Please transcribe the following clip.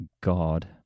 God